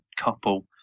couple